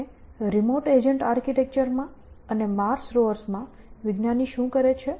બંને remote agent architecture માં અને માર્સ રોઅર્સ માં વિજ્ઞાની શું કરે છે